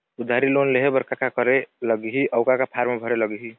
उधारी लोन लेहे बर का का करे लगही अऊ का का फार्म भरे लगही?